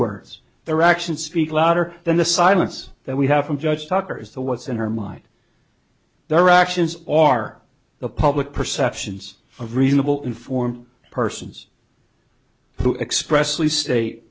words their actions speak louder than the silence that we have from judge talkers the what's in her mind their actions or are the public perceptions of reasonable informed persons who expressly state